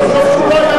רשום.